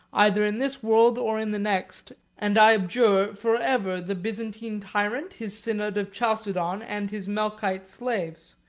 either in this world or in the next, and abjure forever the byzantine tyrant, his synod of chalcedon, and his melchite slaves.